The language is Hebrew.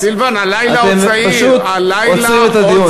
אתם פשוט הורסים את הדיון.